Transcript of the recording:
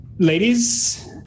Ladies